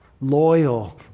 loyal